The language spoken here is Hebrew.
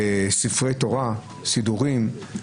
ספרי תורה, סידורים.